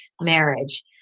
marriage